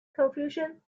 confusion